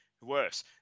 Worse